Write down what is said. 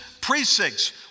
precincts